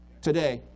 today